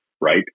Right